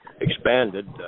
expanded